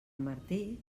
martí